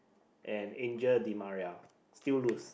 and Angel-i-Maria still lose